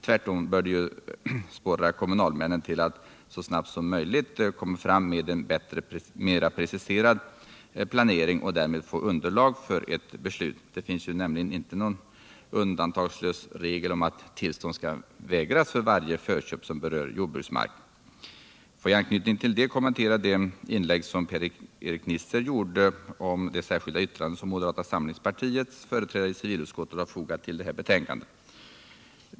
Tvärtom bör det sporra kommunalmännen till att så snart som möjligt komma fram med en bättre preciserad planering för att därmed få underlag för ett beslut. Det finns nämligen ingen undantagslös regel om att tillstånd skall vägras för varje förköp som berör jordbruksmark. Får jag i anknytning härtill kommentera det inlägg som Per-Erik Nisser gjorde om det särskilda yttrande som moderata samlingspartiets företrädare i civilutskottet har fogat till detta betänkande.